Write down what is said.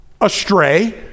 astray